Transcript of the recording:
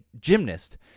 gymnast